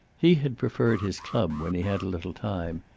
he had preferred his club, when he had a little time,